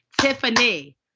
Tiffany